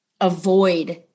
avoid